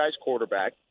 quarterback